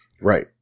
Right